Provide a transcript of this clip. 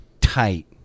tight